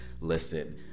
listen